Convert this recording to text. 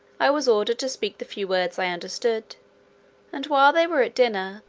i was ordered to speak the few words i understood and while they were at dinner,